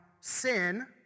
sin